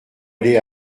allé